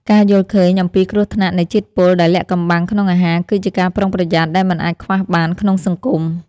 ការយល់ឃើញអំពីគ្រោះថ្នាក់នៃជាតិពុលដែលលាក់កំបាំងក្នុងអាហារគឺជាការប្រុងប្រយ័ត្នដែលមិនអាចខ្វះបានក្នុងសង្គម។